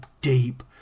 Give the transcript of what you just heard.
deep